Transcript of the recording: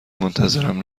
منتظرم